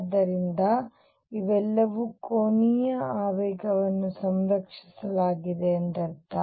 ಆದ್ದರಿಂದ ಇವೆಲ್ಲವೂ ಕೋನೀಯ ಆವೇಗವನ್ನು ಸಂರಕ್ಷಿಸಲಾಗಿದೆ ಎಂದರ್ಥ